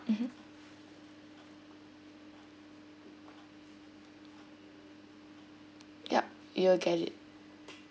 mmhmm yup you'll get it